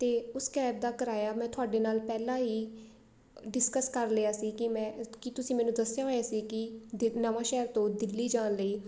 ਅਤੇ ਉਸ ਕੈਬ ਦਾ ਕਿਰਾਇਆ ਮੈਂ ਤੁਹਾਡੇ ਨਾਲ ਪਹਿਲਾਂ ਹੀ ਡਿਸਕਸ ਕਰ ਲਿਆ ਸੀ ਕਿ ਮੈਂ ਕਿ ਤੁਸੀਂ ਮੈਨੂੰ ਦੱਸਿਆ ਹੋਇਆ ਸੀ ਕਿ ਨਵਾਂ ਸ਼ਹਿਰ ਤੋਂ ਦਿੱਲੀ ਜਾਣ ਲਈ